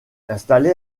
installé